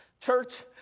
Church